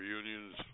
unions